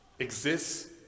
exists